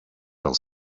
els